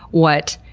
what?